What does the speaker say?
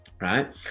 right